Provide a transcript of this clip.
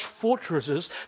fortresses